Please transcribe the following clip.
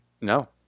No